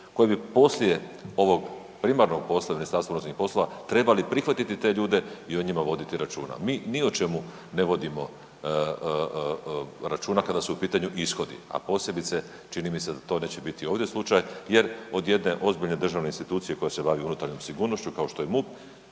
koje bi poslije ovog primarnog posla MUP-a trebali prihvatiti te ljude i o njima voditi računa. Mi ni o čemu ne vodimo računa kada su u pitanju ishodi, a posebice čini mi se da to neće biti ovdje slučaj jer od jedne ozbiljne državne institucije koja se bavi unutarnjom sigurnošću kao što je MUP,